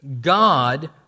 God